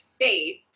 face